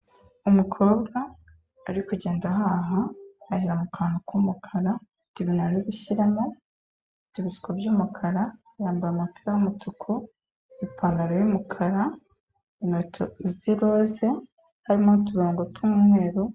Umukobwa ari kugenda ahaha, ahahira mu kantu k'umukara, afite ibintu ari gushiramo, afite ibisuko by'umukara, yambaye umapira w'umutuku, ipantaro y'umukara, inkweto z'iroze harimo n'utubango tw'umweru.